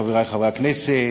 חברי חברי הכנסת,